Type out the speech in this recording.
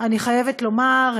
אני חייבת לומר,